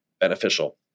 beneficial